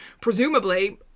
presumably